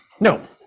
no